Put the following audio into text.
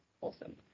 awesome